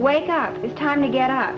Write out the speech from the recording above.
wake up it's time to get out